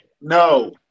No